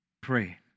pray